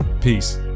peace